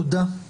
תודה.